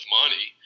money